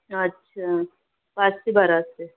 अच्छा पाच ते बारा असते